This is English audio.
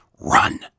run